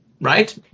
right